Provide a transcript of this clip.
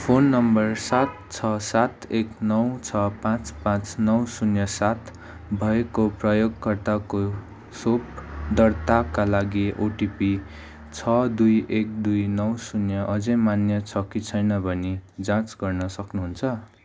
phone number सात छ सात एक नौ छ पाँच पाँच नौ शून्य सात भएको प्रयोगकर्ताको खोप दर्ताका लागि ओटिपी छ दुई एक दुई नौ शून्य अझै मान्य छ कि छैन भनी जाँच गर्न सक्नुहुन्छ